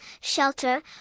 shelter